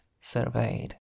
surveyed